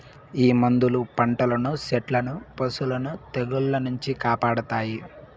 ఈ మందులు పంటలను సెట్లను పశులను తెగుళ్ల నుంచి కాపాడతాయి